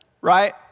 right